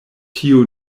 tiu